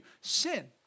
Sin